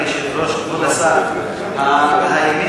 אדוני היושב-ראש, כבוד השר, האמת